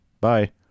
Bye